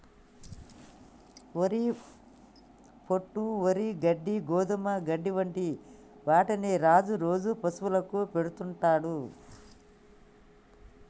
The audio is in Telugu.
వరి పొట్టు, వరి గడ్డి, గోధుమ గడ్డి వంటి వాటిని రాజు రోజు పశువులకు పెడుతుంటాడు